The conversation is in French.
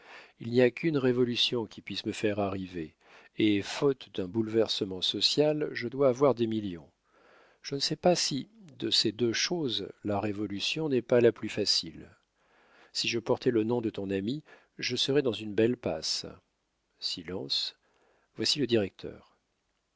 il n'y a qu'une révolution qui puisse me faire arriver et faute d'un bouleversement social je dois avoir des millions je ne sais pas si de ces deux choses la révolution n'est pas la plus facile si je portais le nom de ton ami je serais dans une belle passe silence voici le directeur